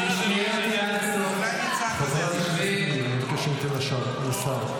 חברת הכנסת ניר, בואי נשמע את השר.